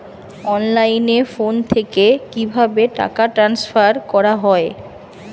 অনলাইনে ফোন থেকে কিভাবে টাকা ট্রান্সফার করা হয়?